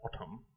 autumn